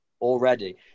Already